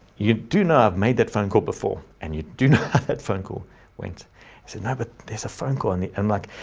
you do not made that phone call before. and you do know, that phone call went? so never, there's a phone call on the end, like,